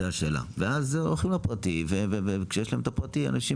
ואז הולכים לפרטי ואז כשיש להם את הפרטי אנשים